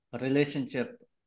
relationship